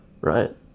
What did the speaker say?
right